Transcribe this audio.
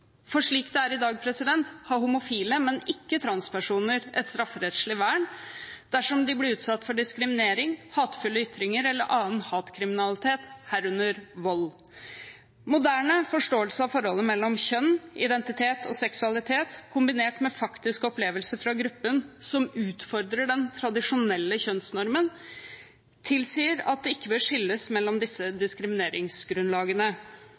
For slik det er i dag, har homofile, men ikke transpersoner, et strafferettslig vern dersom de blir utsatt for diskriminering, hatefulle ytringer eller annen hatkriminalitet, herunder vold. Moderne forståelse av forholdet mellom kjønn, identitet og seksualitet kombinert med faktiske opplevelser fra gruppen som utfordrer den tradisjonelle kjønnsnormen, tilsier at det ikke bør skilles mellom disse